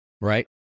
right